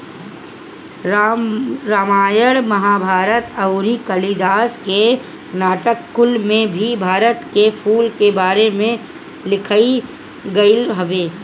रामायण महाभारत अउरी कालिदास के नाटक कुल में भी भारत के फूल के बारे में लिखल गईल हवे